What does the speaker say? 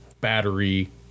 battery